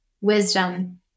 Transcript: wisdom